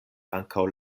ankaŭ